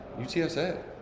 UTSA